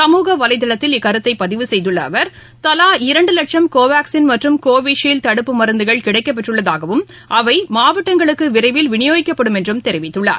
சமூக வலைதளத்தில் இக்கருத்தை பதிவு செய்துள்ள அவர் தலா இரண்டு லட்சம் கோவாக்ஸின் மற்றும் கோவிஷீல்டு தடுப்பு மருந்துகள் கிடைக்கப்பெற்றுள்ளதாகவும் அவை மாவட்டங்களுக்கு விரைவில் விநியோகிக்கப்படும் என்றும் தெரிவித்துள்ளார்